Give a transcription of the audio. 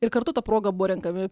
ir kartu ta proga buvo renkami